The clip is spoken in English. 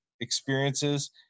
experiences